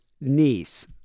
niece